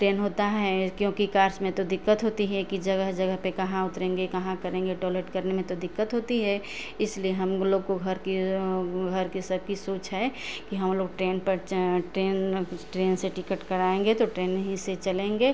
ten होता है क्योंकि कार्स में तो दिक्कत होती है कि जगह जगह पे कहाँ उतरेंगे कहाँ करेंगे टॉयलेट करने में तो दिक्कत होती है इसलिए हम लोग को घर की घर के सबकी सोच है कि हम लोग ट्रेन पर ट्रेन उस ट्रेन से टिकट कराएंगे तो ट्रेन ही से चलेंगे